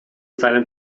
seinen